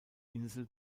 insel